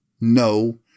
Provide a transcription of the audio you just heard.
No